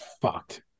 fucked